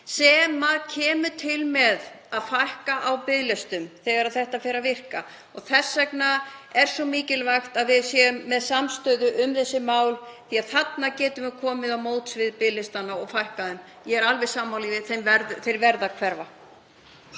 og kemur til með að fækka á biðlistum þegar það fer að virka. Þess vegna er svo mikilvægt að við séum með samstöðu um þessi mál því að þarna getum við komið til móts við biðlistana og fækkað þeim. Ég er alveg sammála því, þeir verða að hverfa.